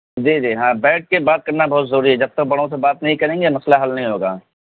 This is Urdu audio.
جی جی ہاں بیٹھ کے بات کرنا بہت ضروری ہے جب تک بڑوں سے بات نہیں کریں گے مسئلہ حل نہیں ہوگا